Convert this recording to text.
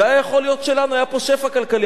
זה היה יכול להיות שלנו, היה פה שפע כלכלי.